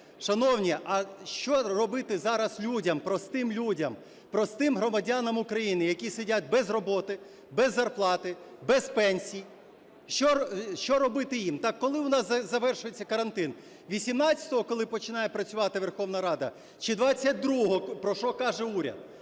шановні, а що робити зараз людям, простим людям, простим громадянам України, які сидять без роботи, без зарплати, без пенсій? Що робити їм? Так коли у нас завершується карантин: 18-го, коли починає працювати Верховна Рада, чи 22-го, про що каже уряд?